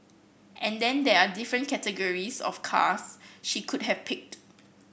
and then there are different categories of cars she could have picked